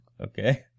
Okay